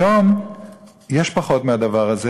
היום יש פחות מהדבר הזה.